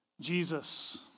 Jesus